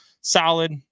solid